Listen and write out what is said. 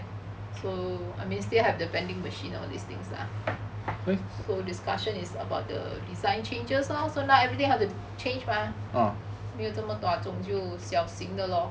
so I mean still have the vending machine all these things lah so discussion is about the design changes lor so now everything have to change mah 没有这么大总就小型的 lor